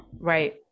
right